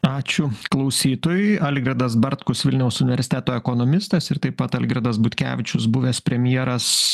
ačiū klausytojui algirdas bartkus vilniaus universiteto ekonomistas ir taip pat algirdas butkevičius buvęs premjeras